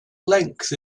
length